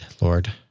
Lord